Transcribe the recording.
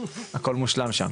הכל מושלם שם.